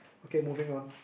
okay moving on